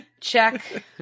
Check